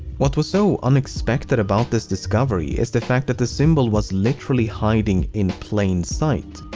what was so unexpected about this discovery is the fact that the symbol was literally hiding in plain sight.